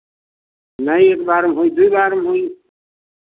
नहीं एक बार में होई दुइ बार में होई